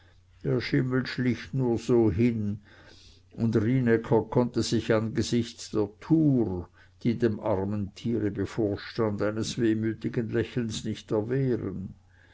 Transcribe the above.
der schimmel schlich nur so hin und rienäcker konnte sich angesichts der tour die dem armen tiere bevorstand eines wehmütigen lächelns nicht erwehren